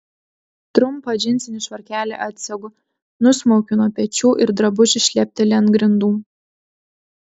trumpą džinsinį švarkelį atsegu nusmaukiu nuo pečių ir drabužis šlepteli ant grindų